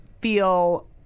feel